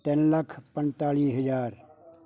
ਤਿੰਨ ਲੱਖ ਪੰਤਾਲੀ ਹਜ਼ਾਰ